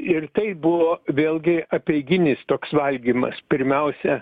ir tai buvo vėlgi apeiginis toks valgymas pirmiausia